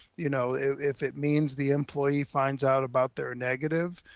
you know, if it means the employee finds out about their negative,